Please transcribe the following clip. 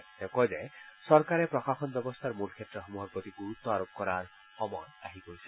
তেওঁ কয় যে চৰকাৰে প্ৰশাসন ব্যৱস্থাৰ মূল ক্ষেত্ৰসমূহৰ প্ৰতি গুৰুত্ব আৰোপ কৰাৰ সময় আহি পৰিছে